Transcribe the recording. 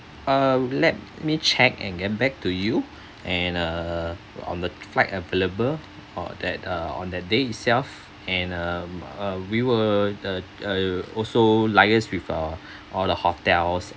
err let me check and get back to you and err on the flight available or that uh on that day itself and um uh we would uh uh also liaise with uh all the hotels